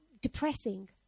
depressing